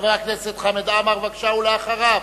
חבר הכנסת חמד עמאר, בבקשה, ואחריו,